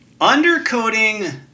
Undercoating